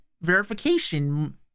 verification